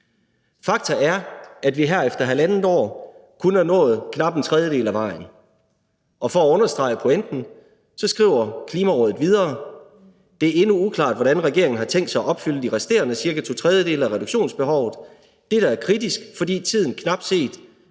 Fakta er, at vi her efter halvandet år kun har nået knap en tredjedel af vejen. Og for at understrege pointen skriver Klimarådet videre: »Det er endnu uklart, hvordan regeringen har tænkt sig at opfylde de resterende cirka to tredjedele af reduktionsbehovet. Dette er kritisk, fordi tiden er knap set i